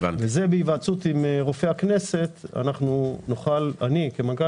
בהיוועצות עם רופא הכנסת אני כמנכ"ל